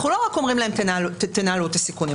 אנחנו לא רק אומרים להם תנהלו את הסיכונים,